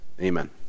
Amen